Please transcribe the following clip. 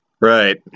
Right